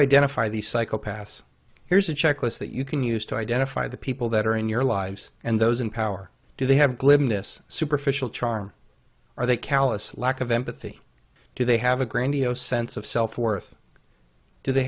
identify the psychopaths here's a checklist that you can use to identify the people that are in your lives and those in power do they have glibness superficial charm are they callous lack of empathy to they have a grandiose sense of self worth do they